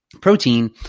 protein